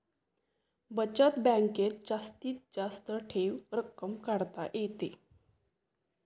बचत बँकेत जास्तीत जास्त ठेव रक्कम काढता येते